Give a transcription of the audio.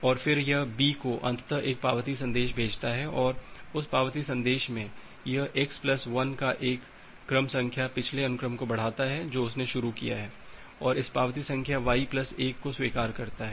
और फिर यह B को अंततः एक पावती संदेश भेजता है और उस पावती संदेश में यह x प्लस 1 का एक क्रम संख्या पिछले अनुक्रम को बढ़ाता है जो उसने शुरू किया है और इस पावती संख्या y प्लस 1 को स्वीकार करता है